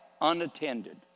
unattended